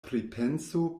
pripenso